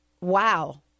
wow